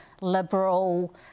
liberal